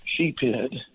sheephead